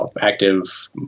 active